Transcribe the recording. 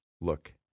look